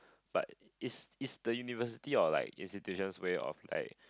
but is is the university or like institution's way of like